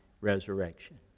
resurrection